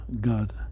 God